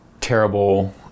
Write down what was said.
terrible